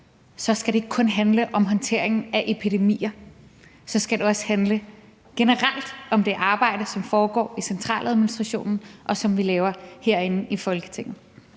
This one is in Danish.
skal det ikke kun handle om håndteringen af epidemier, så skal det også handle generelt om det arbejde, som foregår i centraladministrationen, og som vi laver herinde i Folketinget.